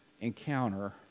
encounter